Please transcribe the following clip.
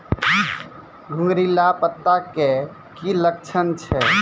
घुंगरीला पत्ता के की लक्छण छै?